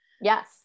yes